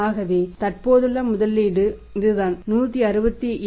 ஆகவே தற்போதுள்ள முதலீட்டு இதுதான் 167